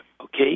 Okay